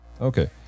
Okay